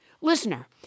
Listener